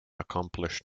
accomplished